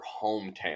hometown